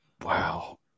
Wow